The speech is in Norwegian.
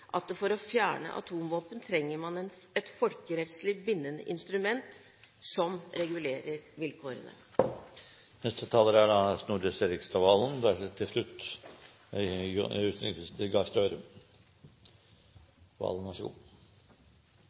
at for å fjerne atomvåpen trenger man et folkerettslig bindende instrument som regulerer vilkårene.